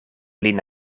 lin